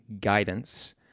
guidance